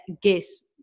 guess